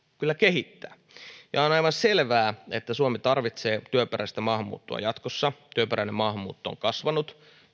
kyllä kehittää on aivan selvää että suomi tarvitsee työperäistä maahanmuuttoa jatkossa työperäinen maahanmuutto on kasvanut